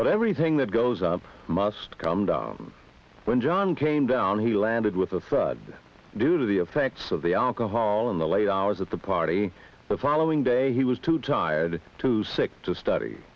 but everything that goes up must come down when john came down he landed with a thud due to the effects of the alcohol in the late hours at the party the following day he was too tired too sick to study